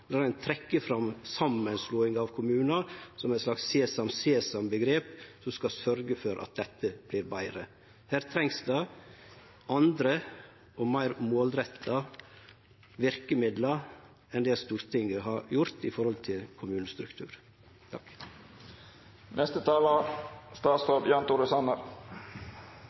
når ein trekkjer fram samanslåing av kommunar som eit slags sesam sesam-omgrep som skal sørgje for at dette vert betre. Det trengs andre og meir målretta verkemiddel enn det Stortinget har gjort med kommunestrukturen. La meg bare si til